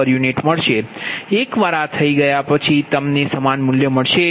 એકવાર આ થઈ ગયા પછી તમને સમાન મૂલ્ય મળશે